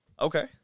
Okay